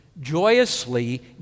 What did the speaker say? joyously